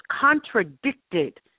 contradicted